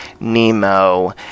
Nemo